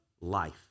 life